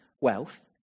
wealth